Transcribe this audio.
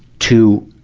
to,